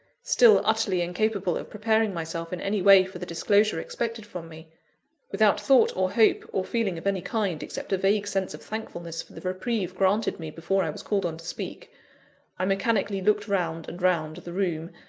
still utterly incapable of preparing myself in any way for the disclosure expected from me without thought or hope, or feeling of any kind, except a vague sense of thankfulness for the reprieve granted me before i was called on to speak i mechanically looked round and round the room,